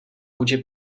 vůči